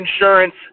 insurance